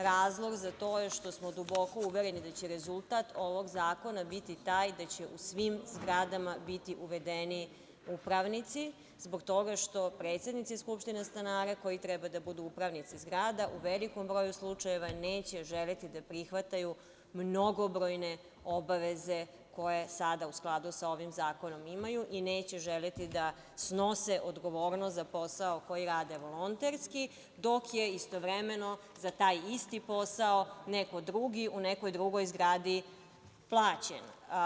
Razlog za to je što smo duboko uvereni da će rezultat ovog zakona biti taj da će u svim zgradama biti uvedeni upravnici zbog toga što predsednici skupštine stanara koji treba da budu upravnici zgrada, u velikom broju slučajeva neće želeti da prihvataju mnogobrojne obaveze koje sada u skladu sa ovim zakonom imaju i neće želeti da snose odgovornost za posao koji rade volonterski dok je istovremeno za taj isti posao neko drugi, u nekoj drugoj zgradi plaćen.